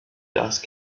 dust